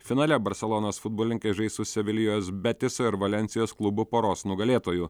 finale barselonos futbolininkai žais su sevilijos betiso ir valensijos klubo poros nugalėtoju